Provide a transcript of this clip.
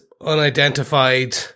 unidentified